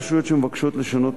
רשויות שמבקשות לשנות,